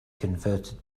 converted